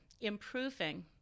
improving